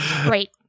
great